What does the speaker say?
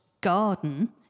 garden